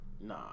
Nah